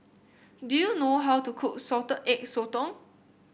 do you know how to cook Salted Egg Sotong